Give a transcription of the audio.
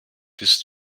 bist